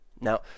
Now